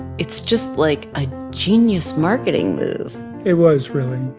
it's just like a genius marketing move it was really